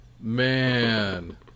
man